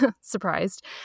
surprised